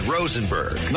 Rosenberg